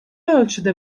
ölçüde